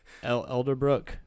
Elderbrook